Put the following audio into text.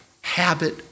habit